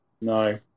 No